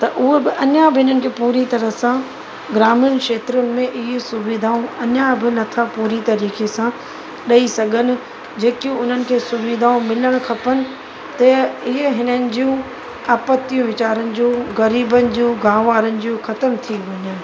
त उहा बि अञा बि उन्हनि खे पूरी तरह सां ग्रामीण खेत्रनि में इहो सुविधाऊ अञा बि नथा पूरी तरीक़े सां ॾेई सघनि जेकियूं उन्हनि खे सुविधाऊं मिलण खपेनि ते इहे हिननि जूं आपतियू वीचारनि जूं ग़रीबनि जूं गांव वारनि जूं ख़तमु थी वञनि